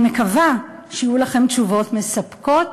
אני מקווה שיהיו לכם תשובות מספקות.